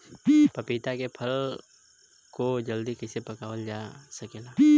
पपिता के फल को जल्दी कइसे पकावल जा सकेला?